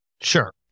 Sure